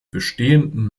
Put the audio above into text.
bestehenden